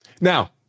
Now